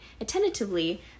attentively